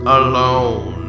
alone